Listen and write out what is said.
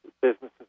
businesses